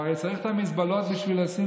הוא הרי צריך את המזבלות בשביל לשים,